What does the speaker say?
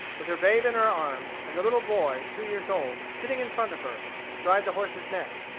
with her babe in her arms, and the little boy, two years old, sitting in front of her, astride the horse's neck,